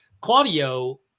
Claudio